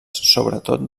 sobretot